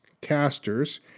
casters